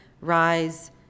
Rise